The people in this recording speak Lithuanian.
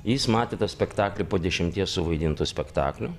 jis matė tą spektaklį po dešimties suvaidintų spektaklių